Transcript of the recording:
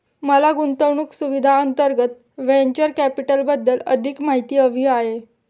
मला गुंतवणूक सुविधांअंतर्गत व्हेंचर कॅपिटलबद्दल अधिक माहिती हवी आहे